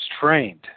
trained